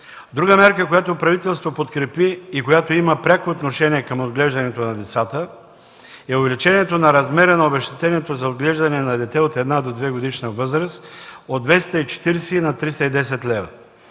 Друга мярка, която правителството подкрепи и която има пряко отношение към отглеждането на децата, е увеличението на размера на обезщетението за отглеждане на дете от една до двегодишна възраст от 240 на 310 лв.